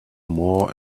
more